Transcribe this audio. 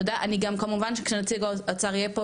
כמובן כשנציג האוצר יהיה פה,